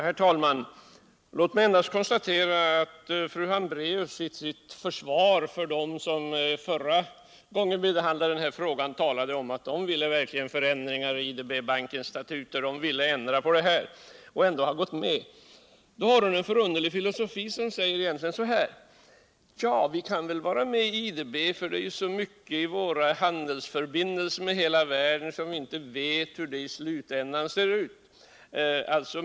Herr talman! Låt mig endast konstatera att fru Hambraeus i sitt försvar för dem som förra gången vi behandlade denna fråga talade om att de ville ha förändringar i IDB:s status och ändå har gått med, har en förunderlig filosofi som innebär att man säger: Ja, vi kan väl vara med i IDB, för när det gäller mycket i våra handelsförbindelser med hela världen vet vi inte hur det ser ut i slutändan.